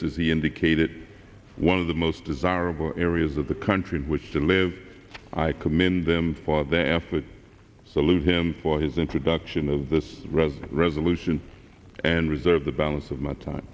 the indicated one of the most desirable areas of the country in which to live i commend them for their effort to salute him for his introduction of this resin resolution and reserve the balance of my time